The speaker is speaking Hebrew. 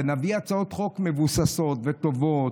ונביא הצעות חוק מבוססות וטובות,